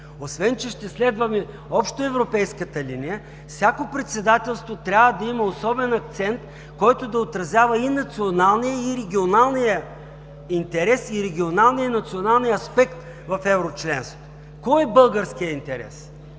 освен че ще следваме общоевропейската линия, всяко председателство трябва да има особен акцент, който да отразява и националния, и регионалния интерес, и регионалния, и националния аспект в еврочленството. Кой е българският интерес?